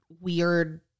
weird